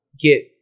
get